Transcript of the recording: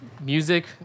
Music